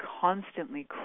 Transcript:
constantly